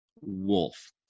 Wolf